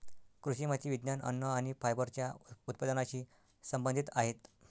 कृषी माती विज्ञान, अन्न आणि फायबरच्या उत्पादनाशी संबंधित आहेत